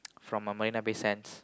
from uh Marina-Bay-Sands